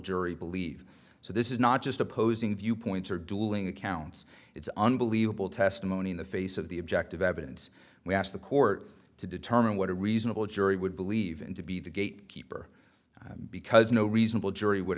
jury believe so this is not just opposing viewpoints are dueling accounts it's unbelievable testimony in the face of the objective evidence we asked the court to determine what a reasonable jury would believe in to be the gate keeper because no reasonable jury would